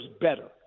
better